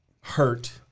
hurt